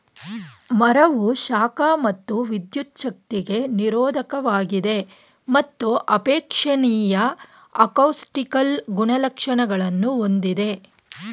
ಮರವು ಶಾಖ ಮತ್ತು ವಿದ್ಯುಚ್ಛಕ್ತಿಗೆ ನಿರೋಧಕವಾಗಿದೆ ಮತ್ತು ಅಪೇಕ್ಷಣೀಯ ಅಕೌಸ್ಟಿಕಲ್ ಗುಣಲಕ್ಷಣಗಳನ್ನು ಹೊಂದಿದೆ